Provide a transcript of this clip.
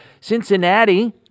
Cincinnati